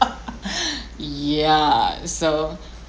ya so